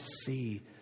see